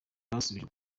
basubijwe